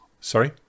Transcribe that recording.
sorry